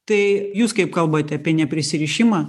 tai jūs kaip kalbate apie neprisirišimą